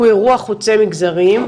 הוא אירוע חוצה מגזרים,